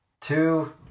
two